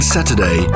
Saturday